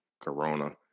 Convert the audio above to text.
corona